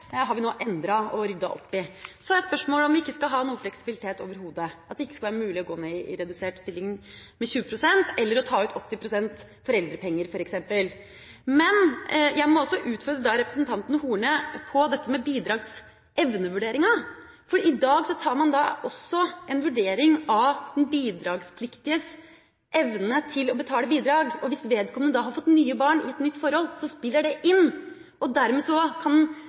Det har vi nå endret og ryddet opp i. Så er spørsmålet om vi ikke skal ha noe fleksibilitet overhodet, om det ikke skal være mulig å gå ned i redusert stilling med 20 pst. eller ta ut 80 pst. foreldrepenger, f.eks. Jeg må utfordre representanten Horne på dette med bidragsevnevurdering. I dag tar man en vurdering av den bidragspliktiges evne til å betale bidrag. Hvis vedkommende har fått nye barn i et nytt forhold, spiller det inn. Dermed kan